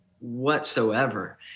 whatsoever